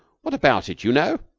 what about it, you know?